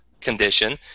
condition